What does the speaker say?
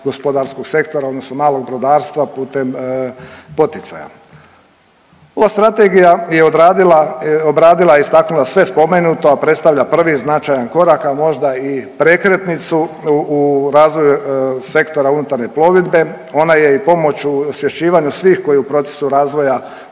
gospodarskog sektora, odnosno malog brodarstva putem poticaja. Ova strategija je obradila i istaknula sve spomenuto, a predstavlja prvi značajan korak, a možda i prekretnicu u razvoju Sektora unutarnje plovidbe. Ona je i pomoć u osvješćivanju svih koji u procesu razvoja